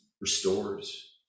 restores